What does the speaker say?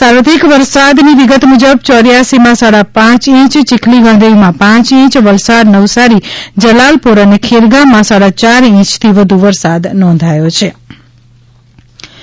સર્વાધિક વરસાદની વિગત મુજબ ચોર્યાસીમાં સાડા પાંચ ઈંચ ચીખલી ગણદેવીમાં પાંચ ઈંચ વલસાડ નવસારી જલાલપોર અને ખેરગામમાં સાડા ચાર ઈંચથી વધુ વરસાદ નોંધાયો છે રાજકોટ સી